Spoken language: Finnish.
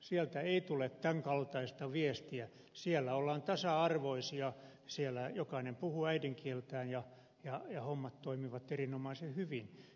sieltä ei tule tämän kaltaista viestiä siellä ollaan tasa arvoisia siellä jokainen puhuu äidinkieltään ja hommat toimivat erinomaisen hyvin